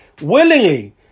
willingly